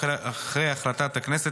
אחרי החלטת הכנסת,